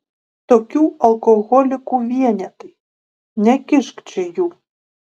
tokių alkoholikų vienetai nekišk čia jų